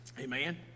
amen